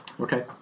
Okay